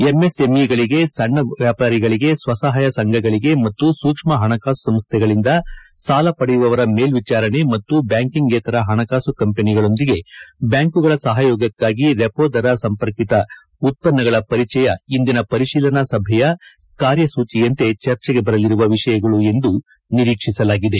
ಎಂಎಸ್ಎಂಇಗಳಿಗೆ ಸಣ್ಣ ವ್ಯಾಪಾರಿಗಳಿಗೆ ಸ್ವಸಹಾಯ ಸಂಘಗಳಿಗೆ ಮತ್ತು ಸೂಕ್ಷ್ಮ ಹಣಕಾಸು ಸಂಸ್ಥೆಗಳಿಂದ ಸಾಲ ಪಡೆಯುವವರ ಮೇಲ್ಲಿಚಾರಣೆ ಮತ್ತು ಬ್ಲಾಂಕಿಂಗೇತರ ಹಣಕಾಸು ಕಂಪನಿಗಳೊಂದಿಗೆ ಬ್ಲಾಂಕುಗಳ ಸಹಯೋಗಕ್ಕಾಗಿ ರೆಪೋ ದರ ಸಂಪರ್ಕಿತ ಉತ್ಪನ್ನಗಳ ಪರಿಚಯ ಇಂದಿನ ಪರಿಶೀಲನಾ ಸಭೆಯ ಕಾರ್ಯಸೂಚಿಯಂತೆ ಚರ್ಚೆಗೆ ಬರಲಿರುವ ವಿಷಯಗಳು ಎಂದು ನಿರೀಕ್ಷಿಸಲಾಗಿದೆ